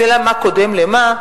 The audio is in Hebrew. השאלה היא מה קודם למה.